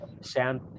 Sam